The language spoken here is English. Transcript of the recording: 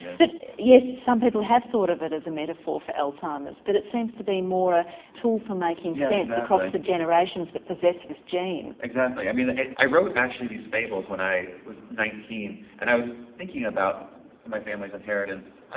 but yes, some people have thought of it as a metaphor for alzheimer's but it seems to be more a tool for making sense across the generations that possess this gene. exactly, i mean i wrote actually these fables when i was nineteen and i was thinking about my family's inheritance, ah